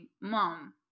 mom